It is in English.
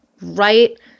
right